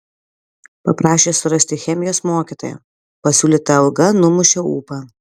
paprašė surasti chemijos mokytoją pasiūlyta alga numušė ūpą